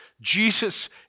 Jesus